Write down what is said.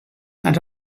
and